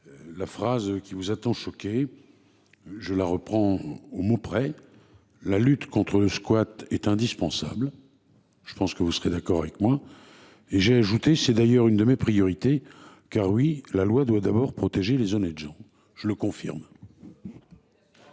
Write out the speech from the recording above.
La phrase qui vous attend choqué. Je la reprends au mot près. La lutte contre le squat est indispensable. Je pense que vous serez d'accord avec moi et j'ai ajouté. C'est d'ailleurs une de mes priorités. Car oui, la loi doit d'abord protéger les honnêtes gens. Je le confirme.